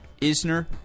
Isner